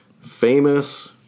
famous